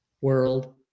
world